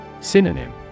Synonym